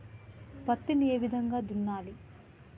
పత్తిని ఏ విధంగా దున్నాలి?